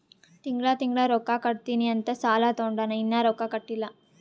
ತಿಂಗಳಾ ತಿಂಗಳಾ ರೊಕ್ಕಾ ಕಟ್ಟತ್ತಿನಿ ಅಂತ್ ಸಾಲಾ ತೊಂಡಾನ, ಇನ್ನಾ ರೊಕ್ಕಾ ಕಟ್ಟಿಲ್ಲಾ